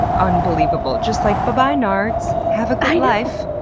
unbelievable. just like, bye-bye nards have a good life.